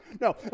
No